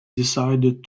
decided